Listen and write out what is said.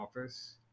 office